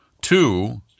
Two